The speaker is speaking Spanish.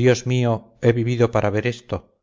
dios mío he vivido para ver esto